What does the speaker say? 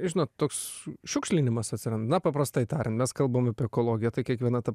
žinot toks šiukšlinimas atsiranda na paprastai tariant mes kalbam apie ekologiją kiekviena ta